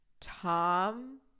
Tom